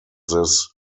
this